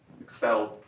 expelled